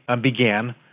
began